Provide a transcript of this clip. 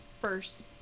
first